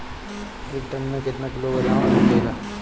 एक टन मे केतना किलोग्राम होखेला?